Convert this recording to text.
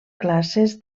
classes